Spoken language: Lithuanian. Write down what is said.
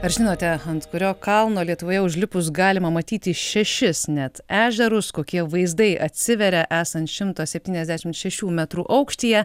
ar žinote ant kurio kalno lietuvoje užlipus galima matyti šešis net ežerus kokie vaizdai atsiveria esant šimto septyniasdešimt šešių metrų aukštyje